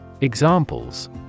Examples